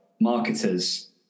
marketers